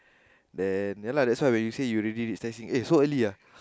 then yeah lah that's why you say you already eaten eh so early ah